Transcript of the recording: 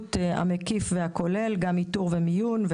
השירות המקיף והכולל: גם איתור ומיון,